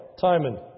Timon